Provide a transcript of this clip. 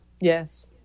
Yes